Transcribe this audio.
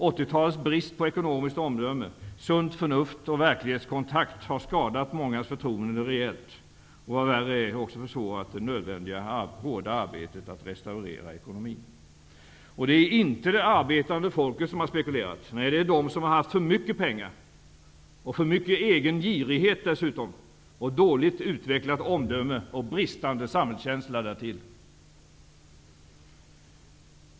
80 talets brist på ekonomiskt omdöme, sunt förnuft och verklighetskontakt har skadat mångas förtroende rejält och, vad värre är, också försvårat det nödvändiga hårda arbetet att restaurera ekonomin. Det är inte det arbetande folket som har spekulerat. Det är de som har haft för mycket pengar och varit mycket giriga med dåligt utvecklat omdöme och bristande samhällskänsla som har spekulerat.